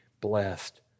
blessed